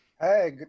Hey